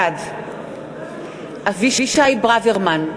בעד אבישי ברוורמן,